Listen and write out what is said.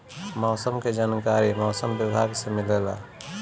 मौसम के जानकारी मौसम विभाग से मिलेला?